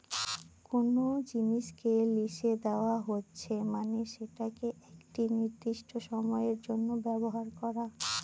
কোনো জিনিসকে লিসে দেওয়া হচ্ছে মানে সেটাকে একটি নির্দিষ্ট সময়ের জন্য ব্যবহার করা